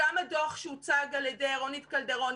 גם הדוח שהוצג על ידי רונית קלדרון,